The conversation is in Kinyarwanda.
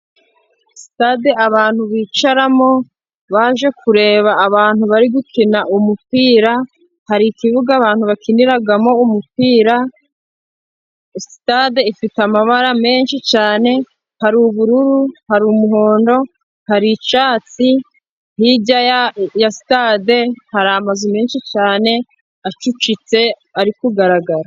Sitade abantu bicaramo baje kureba abantu bari gukina umupira, hari ikibuga abantu bakiniramo umupira sitade ifite amabara menshi cyane. Hari ubururu hari umuhondo, hari icyatsi. Hirya ya sitade hari amazu menshi cyane acucitse ari kugaragara.